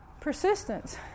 persistence